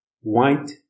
white